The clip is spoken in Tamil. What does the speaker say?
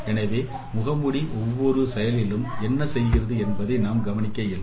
எனவே முகமூடி ஒவ்வொரு செல்லிலும் என்ன செய்கிறது என்பதை நாம் கவனிக்க இயலும்